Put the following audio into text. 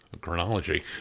chronology